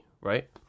right